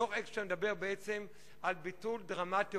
דוח-אקשטיין מדבר בעצם על ביטול דרמטי,